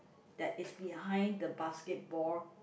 that is behind the basketball